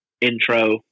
intro